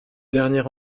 dernier